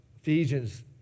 Ephesians